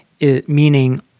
meaning